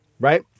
right